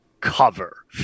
cover